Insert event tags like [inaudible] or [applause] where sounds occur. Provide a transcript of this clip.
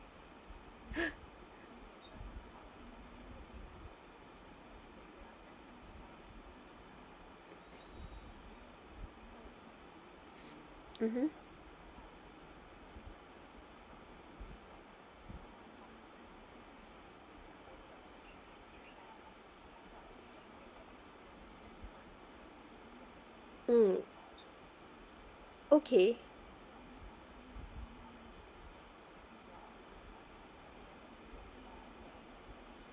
[laughs] mmhmm mm okay